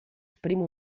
primo